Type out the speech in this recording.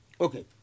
Okay